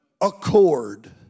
accord